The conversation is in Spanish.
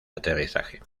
aterrizaje